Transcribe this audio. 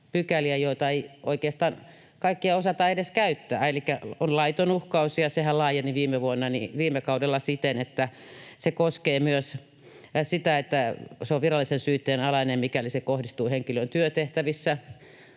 kaikkia ei oikeastaan osata edes käyttää. Elikkä on laiton uhkaus, ja sehän laajeni viime kaudella siten, että se on virallisen syytteen alainen, mikäli se kohdistuu henkilöön työtehtävissä.